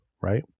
right